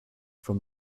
from